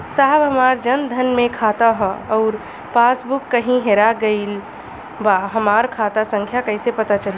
साहब हमार जन धन मे खाता ह अउर पास बुक कहीं हेरा गईल बा हमार खाता संख्या कईसे पता चली?